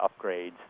upgrades